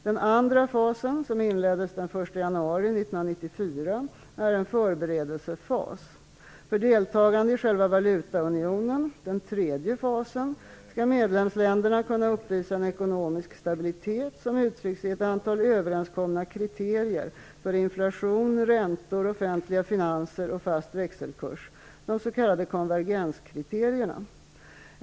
Den andra fasen -- som inleddes den 1 januari 1994 -- är en förberedelsefas. För deltagande i själva valutaunionen -- den tredje fasen -- skall medlemsländerna kunna uppvisa en ekonomisk stabilitet som uttrycks i ett antal överenskomna kriterier för inflation, räntor, offentliga finanser och fast växelkurs, de s.k. konvergenskriterierna.